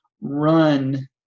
run